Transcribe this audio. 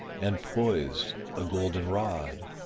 and poised a golden rod.